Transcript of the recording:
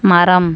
மரம்